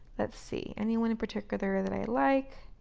let's see any one in particular that i like,